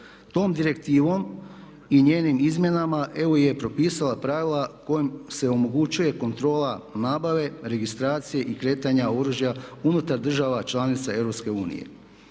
Tom direktivom i njenim izmjenama EU je propisala pravila kojima se omogućuje kontrola nabave, registracije i kretanja oružja unutar država članica EU.